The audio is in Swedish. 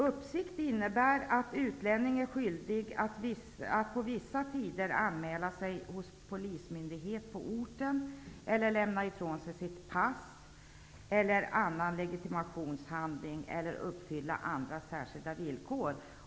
Uppsikt innebär att utlänning är skyldig att på vissa tider anmäla sig hos polismyndighet på orten, lämna ifrån sig sitt pass eller annan legitimationshandling eller uppfylla andra särskilda villkor.